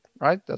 right